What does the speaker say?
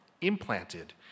implanted